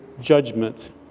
judgment